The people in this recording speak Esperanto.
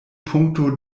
punkto